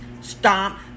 Stop